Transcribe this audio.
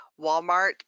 Walmart